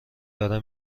داره